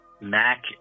Mac